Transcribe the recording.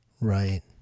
Right